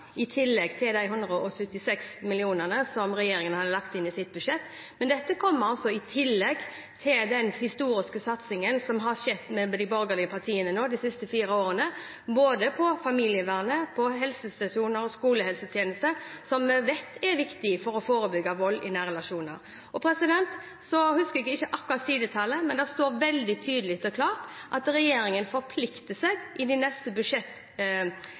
i tillegg til de 176 mill. kr som regjeringen har lagt inn i sitt budsjett. Dette kommer altså i tillegg til den historiske satsingen mellom de borgerlige partiene de siste fire årene – når det gjelder både familievernet, helsestasjoner og skolehelsetjeneste, som vi vet er viktig for å forebygge vold i nære relasjoner. Jeg husker ikke akkurat sidetallet, men det står veldig tydelig og klart at regjeringen i de neste